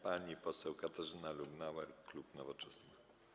Pani poseł Katarzyna Lubnauer, klub Nowoczesna.